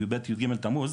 י"ב-י"ג בתמוז,